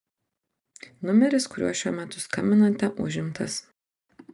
numeris kuriuo šiuo metu skambinate užimtas